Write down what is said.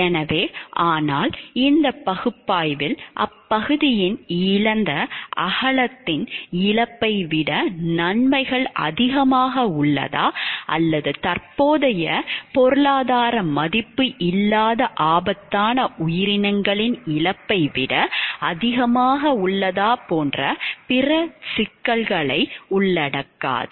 எனவே ஆனால் இந்த பகுப்பாய்வில் அப்பகுதியின் இழிந்த அகலத்தின் இழப்பை விட நன்மைகள் அதிகமாக உள்ளதா அல்லது தற்போதைய பொருளாதார மதிப்பு இல்லாத ஆபத்தான உயிரினங்களின் இழப்பை விட அதிகமாக உள்ளதா போன்ற பிற சிக்கல்களை உள்ளடக்காது